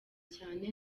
cyane